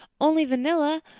only vanilla.